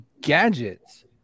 gadgets